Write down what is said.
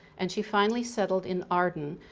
and she finally settled in arden,